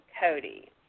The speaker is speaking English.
Cody